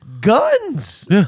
guns